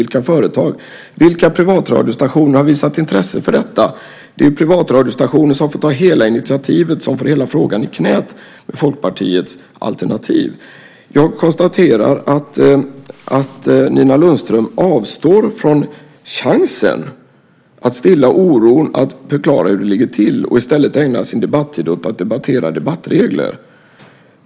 Vilka företag och vilka privatradiostationer har visat intresse för detta? Det är ju privatradiostationer som får ta hela initiativet och som får hela frågan i knäet med Folkpartiets alternativ. Jag konstaterar att Nina Lundström avstår från chansen att stilla oron och förklara hur det ligger till. I stället ägnar hon sin debattid åt att debattera debattregler.